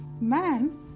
Man